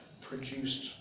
produced